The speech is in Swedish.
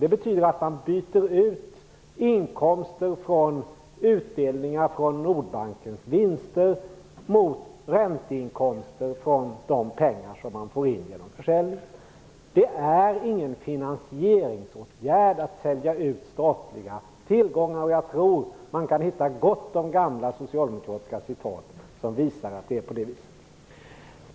Det betyder att man byter ut inkomster från utdelningar från Nordbankens vinster mot ränteinkomster från de pengar som man får in genom försäljningen. Det är ingen finansieringsåtgärd att sälja ut statliga tillgångar. Jag tror att man kan hitta gott om gamla socialdemokratiska citat som visar att det är på det sättet.